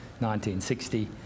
1960